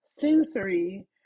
sensory